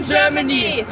Germany